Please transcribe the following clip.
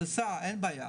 תיסע, אין בעיה.